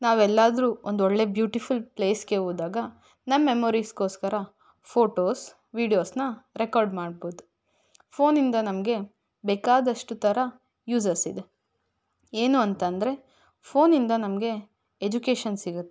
ನಾವೆಲ್ಲಾದರೂ ಒಂದೊಳ್ಳೆಯ ಬ್ಯೂಟಿಫುಲ್ ಪ್ಲೇಸ್ಗೆ ಹೋದಾಗ ನಮ್ಮ ಮೆಮೊರೀಸ್ಗೋಸ್ಕರ ಫೋಟೋಸ್ ವಿಡಿಯೋಸನ್ನ ರೆಕಾರ್ಡ್ ಮಾಡ್ಬೋದು ಫೋನಿಂದ ನಮಗೆ ಬೇಕಾದಷ್ಟು ಥರ ಯೂಸಸ್ ಇದೆ ಏನು ಅಂತಂದರೆ ಫೋನಿಂದ ನಮಗೆ ಎಜುಕೇಶನ್ ಸಿಗತ್ತೆ